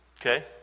Okay